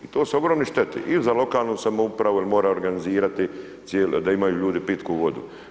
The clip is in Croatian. I to su ogromne štete il za lokalnu samoupravu jer mora organizirati da imaju ljudi pitku vodu.